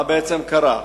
מה בעצם קרה?